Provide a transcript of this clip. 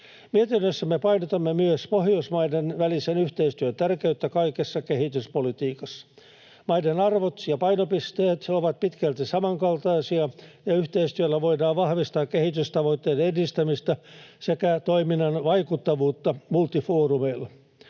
Mietinnössämme painotamme myös Pohjoismaiden välisen yhteistyön tärkeyttä kaikessa kehityspolitiikassa. Maiden arvot ja painopisteet ovat pitkälti samankaltaisia, ja yhteistyöllä voidaan vahvistaa kehitystavoitteiden edistämistä sekä toiminnan vaikuttavuutta multifoorumeilla.